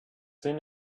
soon